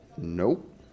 nope